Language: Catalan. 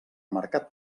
mercat